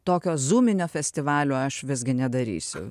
tokio zūminio festivalio aš visgi nedarysiu